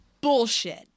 Bullshit